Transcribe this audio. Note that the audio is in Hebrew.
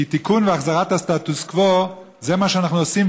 כי תיקון והחזרת הסטטוס-קוו זה מה שאנחנו עושים,